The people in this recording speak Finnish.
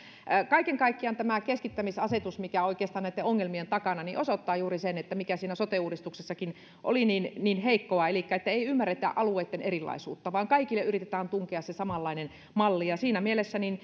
kaiken kaikkiaan tämä keskittämisasetus mikä oikeastaan on näitten ongelmien takana osoittaa juuri sen mikä siinä sote uudistuksessakin oli niin niin heikkoa elikkä että ei ymmärretä alueitten erilaisuutta vaan kaikille yritetään tunkea se samanlainen malli siinä mielessä